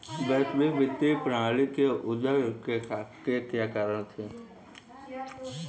वैश्विक वित्तीय प्रणाली के उदय के क्या कारण थे?